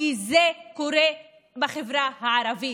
כי זה קורה בחברה הערבית,